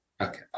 Okay